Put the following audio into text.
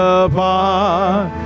apart